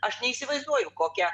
aš neįsivaizduoju kokia